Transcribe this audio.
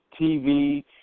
TV